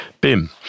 BIM